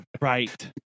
right